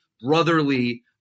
brotherly